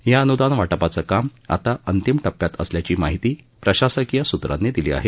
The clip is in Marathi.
या अन्दान वाटपाचं काम आता अंतिम टप्प्यात असल्याची माहिती प्रशासकीय सूत्रांनी दिली आहे